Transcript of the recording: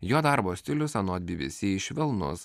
jo darbo stilius anot bi bi si švelnus